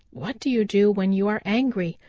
what do you do when you are angry?